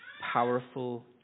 powerful